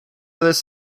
this